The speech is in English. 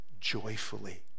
joyfully